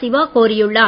சிவா கோரியுள்ளார்